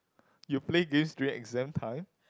you play games during exam time